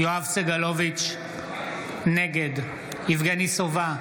סגלוביץ' נגד יבגני סובה,